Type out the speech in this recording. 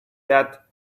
that